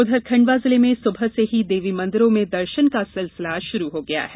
उधर खंडवा जिले में सुबह से ही देवी मंदिरों में दर्शन का सिलसिला शुरू हो गया है